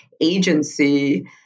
agency